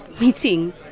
Meeting